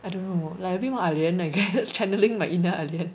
I don't know like a bit more ah lian again channelling my inner ah lian